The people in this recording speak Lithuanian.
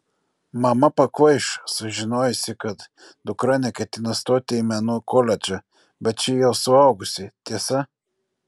mama pakvaiš sužinojusi kad dukra neketina stoti į menų koledžą bet ši jau suaugusi tiesa